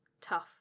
tough